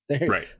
Right